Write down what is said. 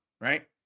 right